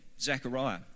Zechariah